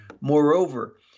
Moreover